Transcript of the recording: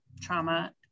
trauma